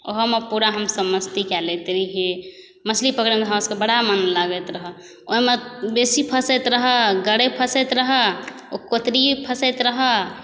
ओहोमे पूरा हमसब मस्ती कऽ लैत रहिए मछली पकड़ैमे हमरा सबके बड़ा मोन लागैत रहै ओहिमे बेसी फँसैत रहै गरै फँसैत रहै ओ कोतरी फँसैत रहै